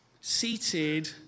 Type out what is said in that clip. seated